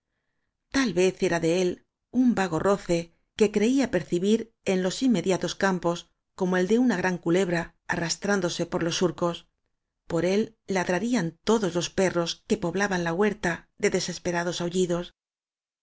tal vez era de él un vago roce que creía percibir en los inmediatos campos como el de una gran culebra arrastrándose por los surcos por él ladrarían todos los perros que poblaban la huerta de desesperados aullidos